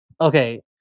Okay